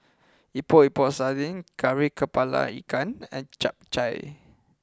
Epok Epok Sardin Kari Kepala Ikan and Chap Chai